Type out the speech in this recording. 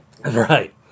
Right